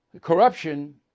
corruption